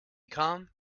come